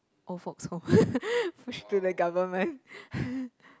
old folk's home push to the government